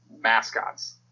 mascots